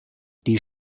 die